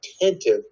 attentive